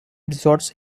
resorts